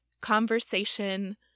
conversation